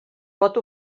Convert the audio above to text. pot